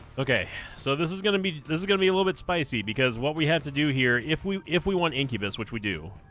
okay so this is gonna be this is gonna be a little bit spicy because what we have to do here if we if we want incubus which we do